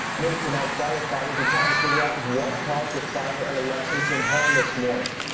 new tonight. firefighters are trying to figure out what caused a fire at a lexington home this morning.